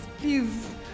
Please